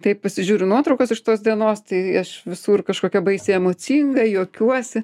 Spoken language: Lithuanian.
tai pasižiūriu nuotraukas iš tos dienos tai aš visur kažkokia baisiai emocinga juokiuosi